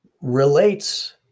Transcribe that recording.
relates